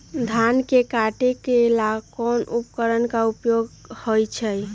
धान के काटे का ला कोंन उपकरण के उपयोग होइ छइ?